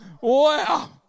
Wow